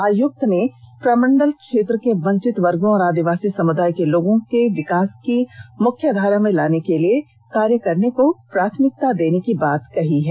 आयुक्त ने प्रमंडल क्षेत्र में वंचित वर्गो और आदिवासी समुदाय के लोगों को विकास की मुख्यधारा में लाने के लिए कार्य करने को प्राथमिकता देने की बात कही है